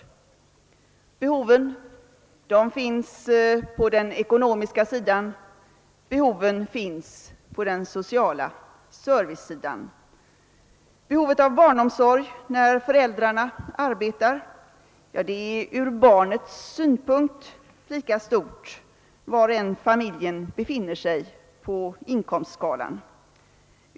Behoven finns på den ekonomiska sidan, och behoven finns på den sociala servicesidan. Behovet av barnomsorg när föräldrarna arbetar är ur barnets synpunkt lika stort var än på inkomstskalan familjen befinner sig.